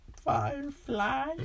Firefly